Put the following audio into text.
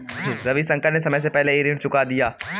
रविशंकर ने समय से पहले ही ऋण चुका दिया